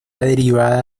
derivada